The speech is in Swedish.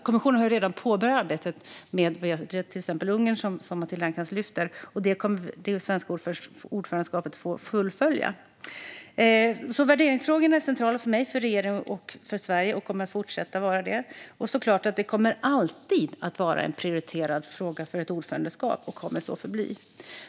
Kommissionen har redan påbörjat arbetet med till exempel Ungern, som Matilda Ernkrans lyfter fram. Det kommer det svenska ordförandeskapet att få fullfölja. Värderingsfrågorna är centrala för mig, regeringen och Sverige och kommer att fortsätta att vara det. Det kommer såklart alltid att vara en prioriterad fråga för ett ordförandeskap och kommer att så förbli.